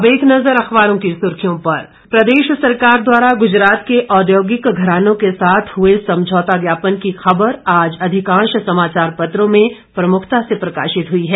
अब एक नजर अखबारों की सुर्खियों पर प्रदेश सरकार द्वारा गुजरात के औद्योगिक घरानों के साथ हुए समझौता ज्ञापन की खबर आज अधिकाश समाचारों पत्रों में प्रमुखता से प्रकाशित हुई है